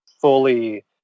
fully